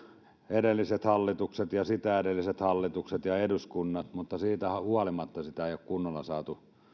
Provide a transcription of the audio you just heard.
edelliset hallitukset ja sitä edelliset hallitukset ja eduskunnat mutta siitä huolimatta sitä ei ole kunnolla saatu